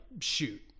shoot